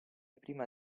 prima